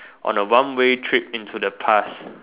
on a one way trip into the past